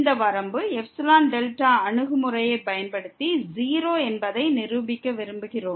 இந்த வரம்பு εδ அணுகுமுறையைப் பயன்படுத்தி 0 என்பதை நிரூபிக்க விரும்புகிறோம்